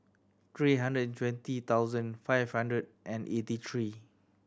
three hundred and twenty thousand five hundred and eighty three